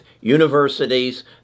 universities